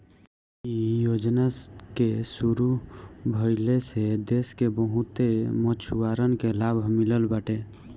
इ योजना के शुरू भइले से देस के बहुते मछुआरन के लाभ मिलल बाटे